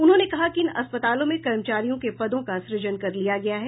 उन्होंने कहा कि इन अस्पतालों में कर्मचारियों के पदों का सुजन कर लिया गया है